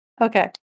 Okay